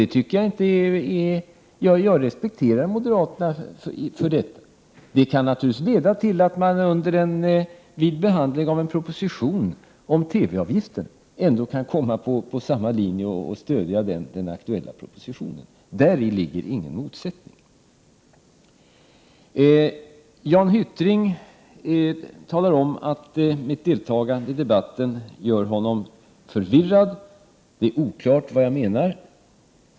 Jag respekterar moderaterna för detta. Det kan naturligtvis leda till att man vid behandlingen av en proposition om TV-avgiften ändå kan hamna på samma linje och stödja den aktuella propositionen. Däri ligger ingen motsättning. Jan Hyttring sade att mitt deltagande i debatten gör honom förvirrad och att det är oklart vad jag menar.